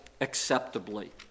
acceptably